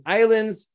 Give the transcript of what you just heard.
islands